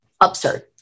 absurd